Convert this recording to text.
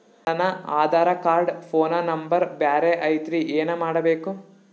ನನ Aadhaar card phone number ಬ್ಯಾರೆ ಐತ್ರಿ ಏನ ಮಾಡಬೇಕು?